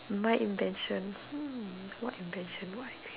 my invention hmm what invention what